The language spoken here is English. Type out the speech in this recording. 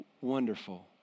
wonderful